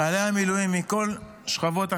חיילי המילואים מכל שכבות החברה,